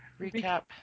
recap